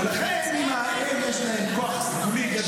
ולכן, ההם יש להם כוח סגולי גדול.